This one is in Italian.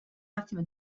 massima